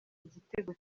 igitego